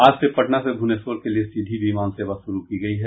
आज से पटना से भुवनेश्वर के लिए सीधी विमान सेवा शुरू की गयी है